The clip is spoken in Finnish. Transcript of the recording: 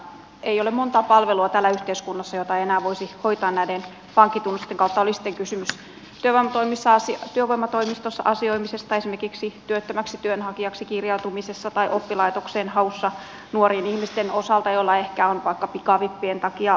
ei ole montaa palvelua täällä yhteiskunnassa joita ei enää voisi hoitaa näiden pankkitunnusten kautta oli sitten kysymys työvoimatoimistossa asioimisesta tai esimerkiksi työttömäksi työnhakijaksi kirjautumisesta tai oppilaitokseen hausta nuorien ihmisten osalta joilla ehkä on vaikka pikavippien takia maksuhäiriöongelmia